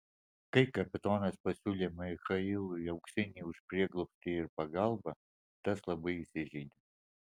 kai kapitonas pasiūlė michailui auksinį už prieglobstį ir pagalbą tas labai įsižeidė